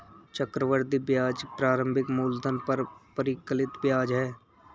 चक्रवृद्धि ब्याज प्रारंभिक मूलधन पर परिकलित ब्याज है